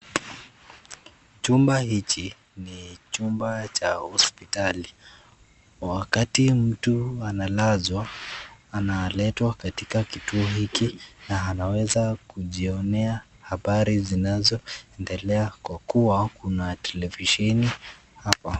Chumba hichi ni chumba cha hospitali. Wakati mtu analazwa, analetwa katika kituo hiki na anaweza kujionea habari zinazoendelea kwa kuwa kuna televisheni hapa.